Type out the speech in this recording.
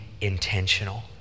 intentional